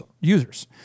users